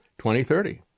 2030